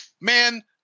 man